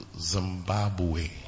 Zimbabwe